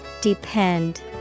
Depend